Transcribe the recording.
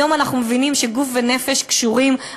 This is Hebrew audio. היום אנחנו מבינים שגוף ונפש קשורים,